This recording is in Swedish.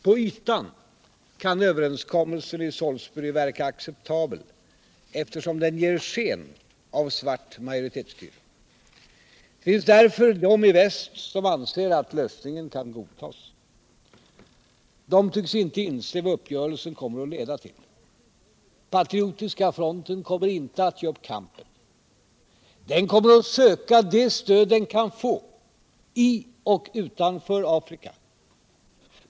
På ytan kan överenskommelsen i Salisbury verka acceptabel, eftersom den ger sken av svart majoritetsstyre. Det finns därför de i väst som anser att lösningen kan godtas. De tycks inte inse vad uppgörelsen kommer att leda till. Patriotiska fronten kommer inte att ge upp kampen. Den kommer att söka det stöd den kan få — i och utanför Afrika.